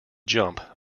jump